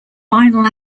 vinyl